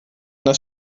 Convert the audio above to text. das